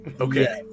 Okay